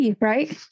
right